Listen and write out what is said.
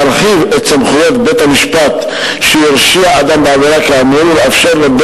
להרחיב את סמכויות בית-המשפט שהרשיע אדם בעבירה כאמור ולאפשר לו,